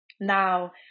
Now